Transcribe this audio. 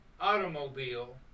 automobile